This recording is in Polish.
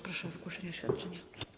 Proszę o wygłoszenie oświadczenia.